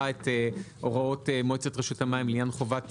את הוראות מועצת רשות המים לעניין חובת התיאגוד,